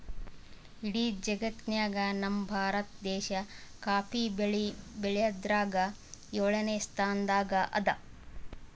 ಇಡೀ ಜಗತ್ತ್ನಾಗೆ ನಮ್ ಭಾರತ ದೇಶ್ ಕಾಫಿ ಬೆಳಿ ಬೆಳ್ಯಾದ್ರಾಗ್ ಯೋಳನೆ ಸ್ತಾನದಾಗ್ ಅದಾ